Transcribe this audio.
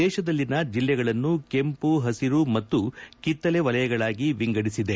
ದೇಶದಲ್ಲಿನ ಜಿಲ್ಲೆಗಳನ್ನು ಕೆಂಪು ಪಸಿರು ಮತ್ತು ಕಿತ್ತಳೆ ವಲಯಗಳಾಗಿ ವಿಂಗಡಿಸಿದೆ